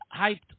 hyped